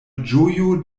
ĝojo